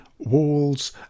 walls